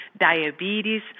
diabetes